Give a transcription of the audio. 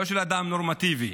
לא של אדם נורמטיבי,